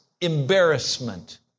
embarrassment